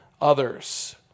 others